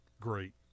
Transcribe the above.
great